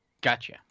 gotcha